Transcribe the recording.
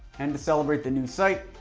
and to celebrate the new site,